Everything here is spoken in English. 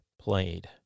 played